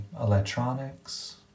electronics